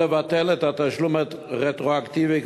או לבטל את התשלום הרטרואקטיבי,